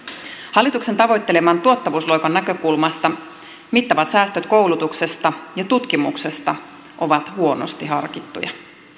hallituksen tavoitteleman tuottavuusloikan näkökulmasta mittavat säästöt koulutuksesta ja tutkimuksesta ovat huonosti harkittuja